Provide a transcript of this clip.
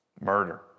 Murder